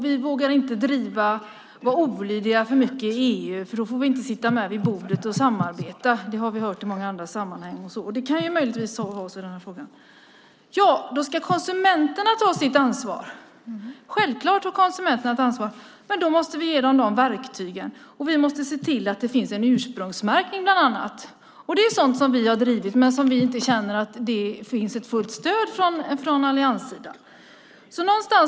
Vi vågar inte vara olydiga mot EU för då får vi inte sitta med vid bordet och samarbeta. Det har vi hört i många andra sammanhang. Det kan möjligtvis vara så i den här frågan. Då ska konsumenterna ta sitt ansvar. Självklart har konsumenterna ett ansvar, men vi måste ge dem verktygen. Vi måste se till att det finns en ursprungsmärkning bland annat. Det är sådant som vi har drivit men inte känner att det finns ett fullt stöd för från allianssidan.